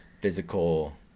physical